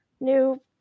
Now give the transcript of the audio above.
new